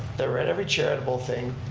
they're at every charitable thing.